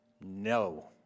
no